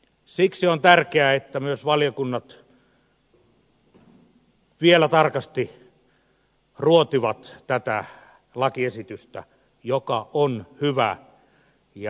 siksi on tärkeää että myös valiokunnat vielä tarkasti ruotivat tätä lakiesitystä joka on hyvä ja välttämätön